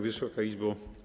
Wysoka Izbo!